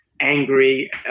angry